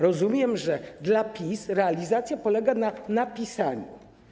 Rozumiem, że dla PiS realizacja polega na napisaniu.